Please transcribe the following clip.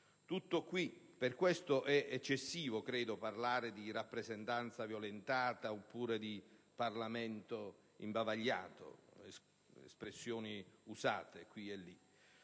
Tutto qui. Per questo è eccessivo, credo, parlare di rappresentanza violentata oppure di Parlamento imbavagliato (queste le espressioni usate qui e lì).